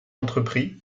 entrepris